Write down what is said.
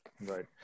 right